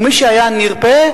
ומי שהיה נרפה,